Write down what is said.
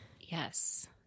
yes